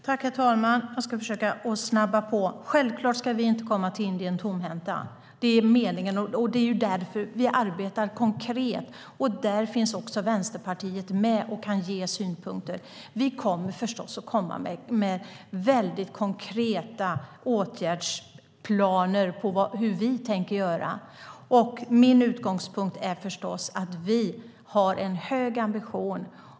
Herr talman! Självklart ska vi inte komma till Indien tomhänta. Det är därför vi arbetar konkret, och där finns också Vänsterpartiet med och kan ge synpunkter. Vi kommer förstås att komma med väldigt konkreta åtgärdsplaner på hur vi tänker göra. Min utgångspunkt är att vi har en hög ambition.